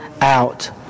out